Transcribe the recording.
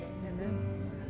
Amen